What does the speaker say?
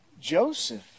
Joseph